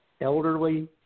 elderly